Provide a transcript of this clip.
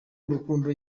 urukundo